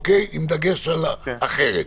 עם דגש על אחרת.